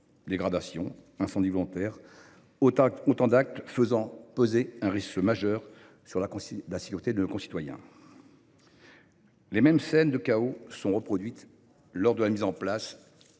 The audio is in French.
dégradations, des incendies volontaires, etc. : autant d’actes qui font peser un risque majeur sur la sécurité de nos concitoyens. Les mêmes scènes de chaos se sont reproduites lors de la mise en place